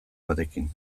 batekin